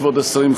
כבוד השרים,